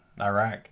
Iraq